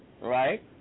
right